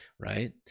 Right